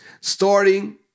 starting